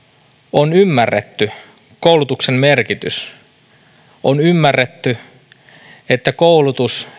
on ymmärretty koulutuksen merkitys on ymmärretty että koulutus